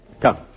Come